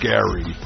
Gary